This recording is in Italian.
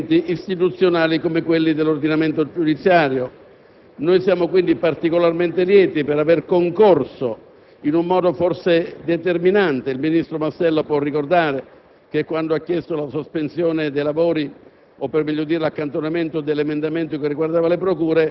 che fosse possibile trovare un'intesa di largo consenso parlamentare su provvedimenti istituzionali come quello relativo all'ordinamento giudiziario. Siamo quindi particolarmente lieti per aver concorso, in modo forse determinante, a tale risultato. Il ministro Mastella ricorderà